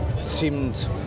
seemed